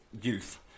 youth